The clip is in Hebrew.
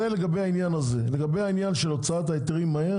לגבי העניין של הוצאת ההיתרים מהר